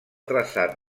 traçat